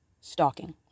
stalking